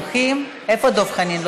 אין מתנגדים, אין נמנעים.